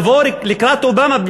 לבוא לקראת אובמה,